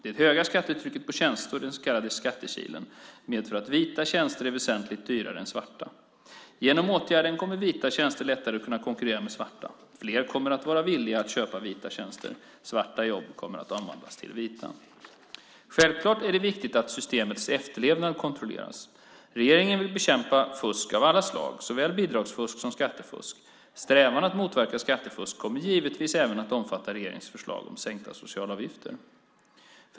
Det höga skattetrycket på tjänster, den så kallade skattekilen, medför att vita tjänster är väsentligt dyrare än svarta. Genom åtgärden kommer vita tjänster lättare att kunna konkurrera med svarta. Fler kommer att vara villiga att köpa vita tjänster. Svarta jobb kommer att omvandlas till vita. Självklart är det viktigt att systemets efterlevnad kontrolleras. Regeringen vill bekämpa fusk av alla slag, såväl bidragsfusk som skattefusk. Strävan att motverka skattefusk kommer givetvis även att omfatta regeringens förslag om sänkta socialavgifter.